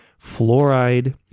fluoride